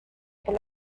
por